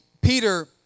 Peter